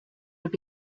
have